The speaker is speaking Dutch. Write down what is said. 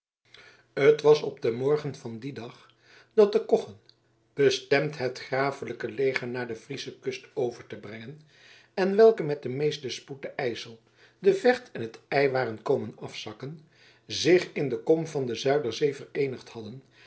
het was op den morgen van dien dag dat de koggen bestemd het grafelijke leger naar de friesche kust over te brengen en welke met den meesten spoed den ijsel de vecht en het ij waren komen afzakken zich in de kom van de zuiderzee vereenigd hadden